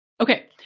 Okay